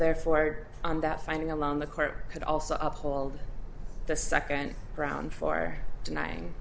therefore and that finding along the court could also uphold the second round for denying